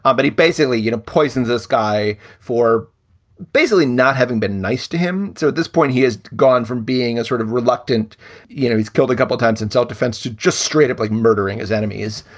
um but he basically, you know, poisons this guy for basically not having been nice to him. so at this point, he has gone from being a sort of reluctant you know, he's killed a couple times in self-defense to just straight up like murdering his enemies.